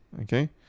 okay